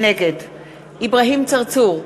נגד אברהים צרצור,